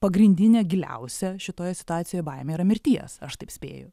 pagrindinė giliausia šitoje situacijoje baimė yra mirties aš taip spėju